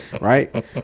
right